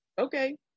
okay